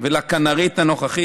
לכנ"רית הנוכחית